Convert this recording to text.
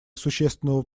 существенного